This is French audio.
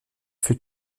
fut